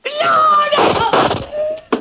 No